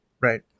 Right